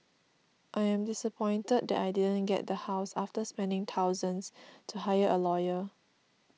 I am disappointed that I didn't get the house after spending thousands to hire a lawyer